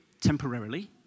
temporarily